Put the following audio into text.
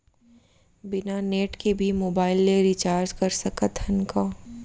बिना नेट के भी मोबाइल ले रिचार्ज कर सकत हन का?